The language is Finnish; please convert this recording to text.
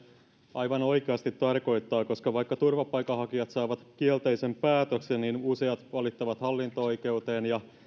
aivan oikeasti tarkoittaa koska vaikka turvapaikanhakijat saavat kielteisen päätöksen niin useat valittavat hallinto oikeuteen ja